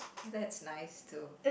well that's nice too